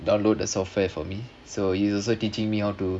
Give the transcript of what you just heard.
download the software for me so he is also teaching me how to